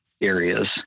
areas